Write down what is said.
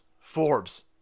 Forbes